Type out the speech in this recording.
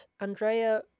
Andrea